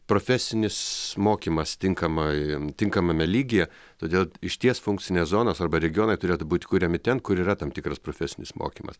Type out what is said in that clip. profesinis mokymas tinkamai tinkamame lygyje todėl išties funkcinės zonos arba regionai turėtų būt kuriami ten kur yra tam tikras profesinis mokymas